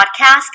podcast